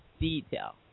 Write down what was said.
Detail